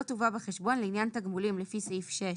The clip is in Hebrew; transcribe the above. תובא בחשבון לעניין תגמולים לפי סעיפים 6